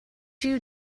you